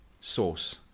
source